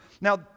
Now